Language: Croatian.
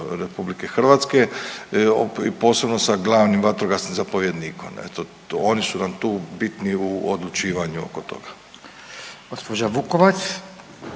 RH, posebno sa glavnim vatrogasnim zapovjednikom eto oni su nam tu bitni u odlučivanju oko toga. **Radin, Furio